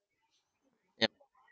yup